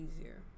easier